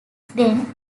then